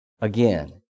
again